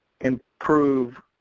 improve